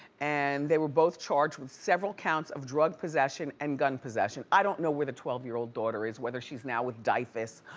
and they were both charged with several counts of drug possession and gun possession. i don't know where the twelve year old daughter is, whether she's now with dyfs,